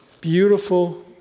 beautiful